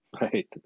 Right